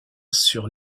sur